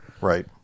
right